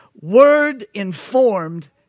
word-informed